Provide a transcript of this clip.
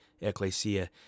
ecclesia